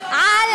היהודים לא,